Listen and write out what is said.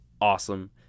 awesome